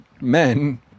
men